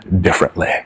differently